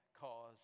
cause